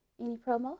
AnyPromo